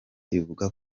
ivuga